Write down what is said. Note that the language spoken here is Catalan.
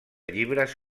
llibres